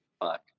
Fuck